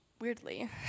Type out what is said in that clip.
weirdly